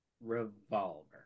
revolver